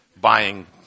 Buying